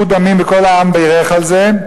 בלי שפיכות דמים וכל העם בירך על זה,